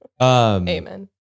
amen